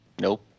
Nope